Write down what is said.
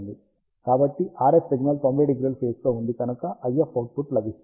కాబట్టి RF signal 90° phase తో ఉంది కనుక IF అవుట్ పుట్ లభిస్తుంది